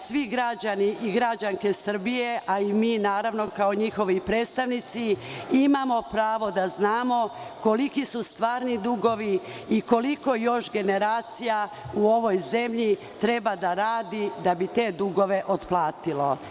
Svi građani i građanke Srbije, a i mi kao njihovi predstavnici imamo pravo da znamo koliki su stvarni dugovi i koliko još generacija u ovoj zemlji treba da radi da bi te dugove otplatilo?